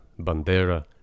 Bandera